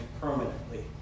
permanently